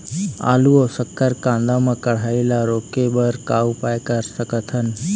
आलू अऊ शक्कर कांदा मा कढ़ाई ला रोके बर का उपाय कर सकथन?